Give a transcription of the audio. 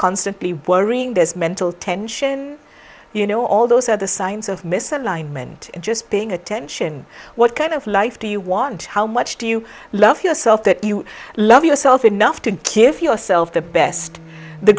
constantly worrying there's mental tension you know all those are the signs of misalignment just paying attention what kind of life do you want how much do you love yourself that you love yourself enough to give yourself the best the